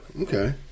Okay